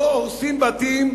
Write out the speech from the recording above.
לא הורסים בתים,